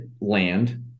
land